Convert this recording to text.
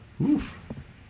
Oof